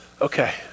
Okay